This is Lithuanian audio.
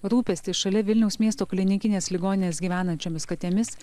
rūpestis šalia vilniaus miesto klinikinės ligoninės gyvenančiomis katėmis